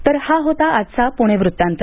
तर हा होता आजचा पुणे वृत्तांत